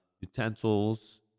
utensils